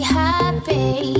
happy